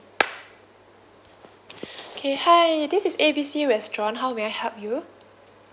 okay hi this is A B C restaurant how may I help you